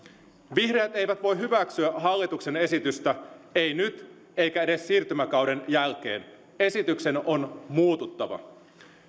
vihreät eivät voi hyväksyä hallituksen esitystä eivät nyt eivätkä edes siirtymäkauden jälkeen esityksen on on muututtava